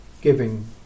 giving